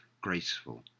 graceful